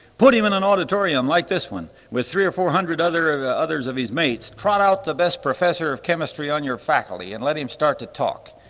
put him in an auditorium like this one with three or four hundred other ah others of his mates, trot out the best professor of chemistry on your faculty and let him start to talk,